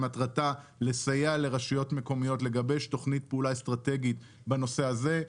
שמטרתה לסייע לרשויות מקומיות לגבש תוכנית פעולה אסטרטגית בנושא הזה.